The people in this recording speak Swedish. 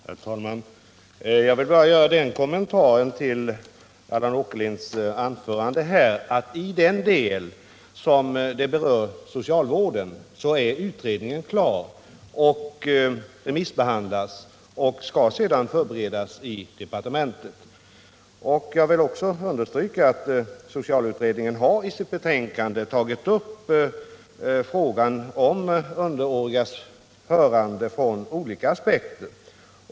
Herr talman! Jag vill bara göra den kommentaren till Allan Åkerlinds anförande att utredningen i den del den berör socialvården är klar. Den remissbehandlas nu och skall sedan beredas i departementet. Jag vill också understryka att socialutredningen i sitt betänkande från olika aspekter har tagit upp frågan om underårigas hörande.